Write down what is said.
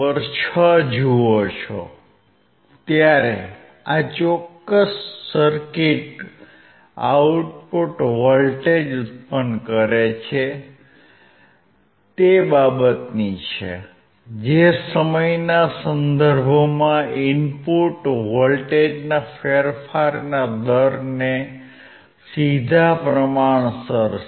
6 જુઓ છો ત્યારે આ ચોક્કસ સર્કિટ આઉટપુટ વોલ્ટેજ ઉત્પન્ન કરે છે તે બાબતની છે જે સમયના સંદર્ભમાં ઇનપુટ વોલ્ટેજના ફેરફારના દરને સીધા પ્રમાણસર છે